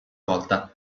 volta